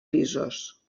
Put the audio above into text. pisos